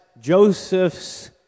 Joseph's